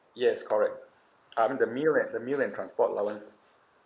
yes correct um the meal and the meal and transport allowance